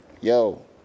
yo